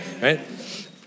Right